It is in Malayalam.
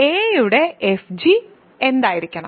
a യുടെ fg ആയിരിക്കണം